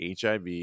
HIV